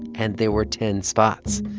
and there were ten spots.